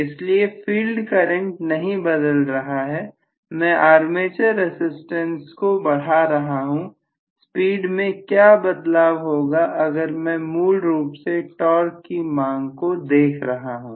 इसलिए field current नहीं बदल रहा है मैं आर्मेचर रसिस्टेंस को बढ़ा रहा हूं स्पीड में क्या बदलाव होगा अगर मैं मूल रूप से टॉर्क की मांग को देख रहा हूं